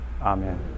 Amen